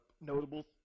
notable